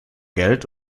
geld